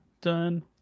done